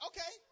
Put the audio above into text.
Okay